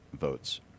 votes